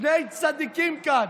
שני צדיקים כאן,